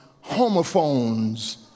homophones